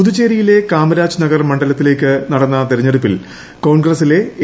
പുതുച്ചേരിയിലെ ക്വാമ്മ്യാജ് നഗർ മണ്ഡലത്തിലേക്ക് നടന്ന തെരഞ്ഞെട്ടുപ്പിൽ കോൺഗ്രസിലെ എ